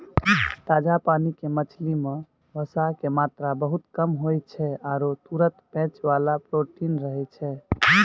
ताजा पानी के मछली मॅ वसा के मात्रा बहुत कम होय छै आरो तुरत पचै वाला प्रोटीन रहै छै